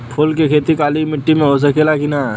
फूल के खेती काली माटी में हो सकेला की ना?